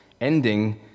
ending